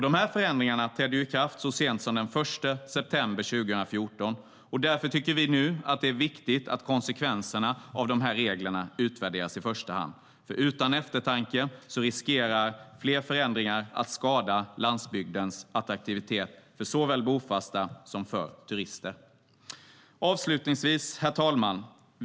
De förändringarna trädde i kraft så sent som den 1 september 2014.Herr talman!